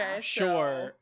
Sure